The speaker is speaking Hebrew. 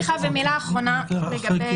מילה אחרונה לגבי